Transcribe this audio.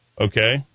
okay